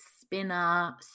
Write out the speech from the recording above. spinner